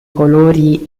colori